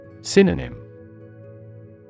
Synonym